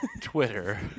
Twitter